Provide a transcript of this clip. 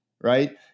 right